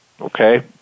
okay